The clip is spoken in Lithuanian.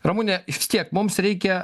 ramune vis tiek mums reikia